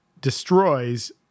destroys